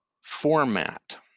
format